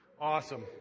Awesome